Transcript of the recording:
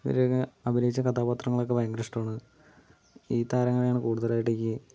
ഇവരെ അഭിനയിച്ച കഥാപാത്രങ്ങളൊക്കെ ഭയങ്കര ഇഷ്ടാണ് ഈ താരങ്ങളെയാണ് കൂടുതലായിട്ട് എനിക്ക്